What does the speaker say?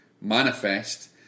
manifest